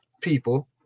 people